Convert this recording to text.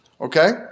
Okay